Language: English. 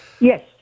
Yes